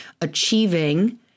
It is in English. achieving